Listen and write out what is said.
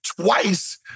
twice